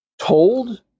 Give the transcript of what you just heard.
told